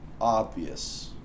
obvious